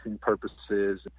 purposes